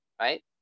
right